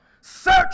Search